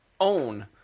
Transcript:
own